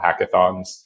hackathons